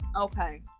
Okay